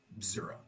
Zero